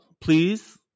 Please